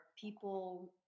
people